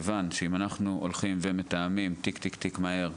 מכיוון שאם אנחנו הולכים ומתאמים טיק-טיק-טיק מהר,